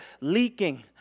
leaking